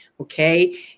Okay